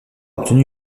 obtenu